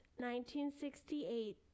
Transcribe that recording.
1968